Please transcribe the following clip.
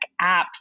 apps